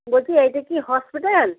বলছি এইটা কি হসপিটাল